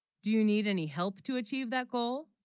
do you, need, any help to achieve that goal